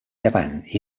llevant